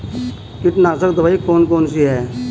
कीटनाशक दवाई कौन कौन सी हैं?